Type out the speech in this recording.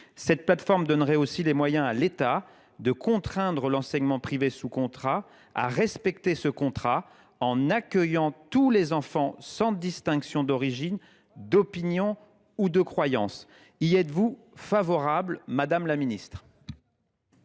telle plateforme donnerait aussi les moyens à l’État de contraindre l’enseignement privé sous contrat à respecter ce contrat, en accueillant tous les enfants sans distinction d’origine, d’opinion ou de croyance. Madame la ministre,